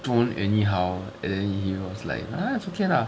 don't anyhow and then he was like ah it's okay lah